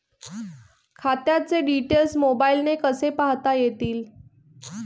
खात्याचे डिटेल्स मोबाईलने कसे पाहता येतील?